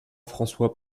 françois